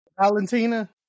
Valentina